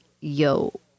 yo